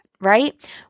right